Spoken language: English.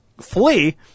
flee